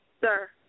sir